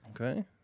Okay